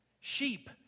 sheep